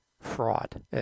fraud